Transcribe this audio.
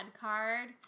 card